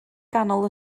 ganol